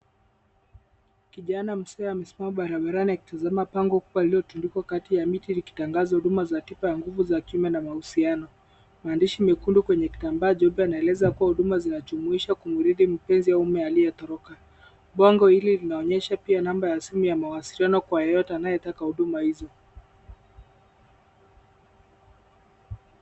Kijana mzee amesiamama barabarani akitazama bango kubwa lililotundikwa kati ya miti likitangaza huduma za tiba ya nguvu za kiume na mahusiano. Maandishi mekundu kwenye kitambaa jeupe yanaeleza kuwa huduma hizo zinajumuisha kumridhi mpenzi au mume aliyetoroka. Bango hili linaonyesha pia namba ya simu ya mawasiliano kwa yeyote anayetaka huduma hizo.